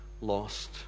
lost